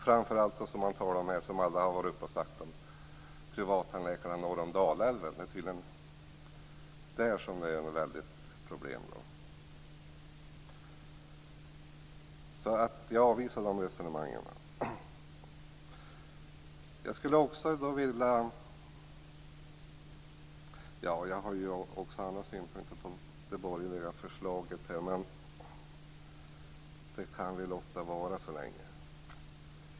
Framför allt, vilket man har talat om här, är det tydligen för privattandläkarna norr om Dalälven som det är ett väldigt problem. Jag avvisar de resonemangen. Jag har också andra synpunkter på det borgerliga förslaget, men dem kan vi låta vara så länge.